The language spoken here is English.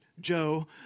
Joe